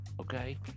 Okay